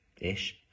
ish